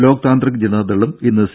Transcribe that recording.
ലോക് താന്ത്രിക് ജനതാദളും ഇന്ന് സി